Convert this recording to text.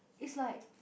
is like